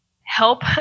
help